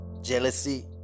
jealousy